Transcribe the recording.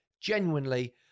genuinely